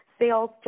sales